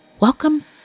Welcome